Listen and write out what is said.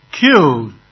killed